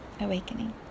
awakening